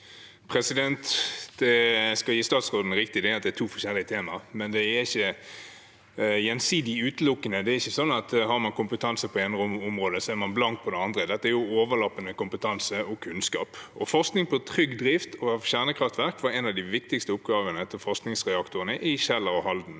Jeg skal gi statsråden rett i at det er to forskjellige temaer, men de er ikke gjensidig utelukkende. Det er ikke sånn at har man kompetanse på det ene området, så er man blank på det andre. Dette er overlappende kompetanse og kunnskap. Forskning på trygg drift av kjernekraftverk var en av de viktigste oppgavene ved forskningsreaktorene på Kjeller og i Halden.